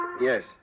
Yes